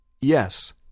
Yes